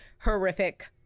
horrific